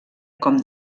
com